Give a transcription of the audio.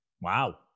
wow